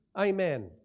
Amen